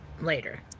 later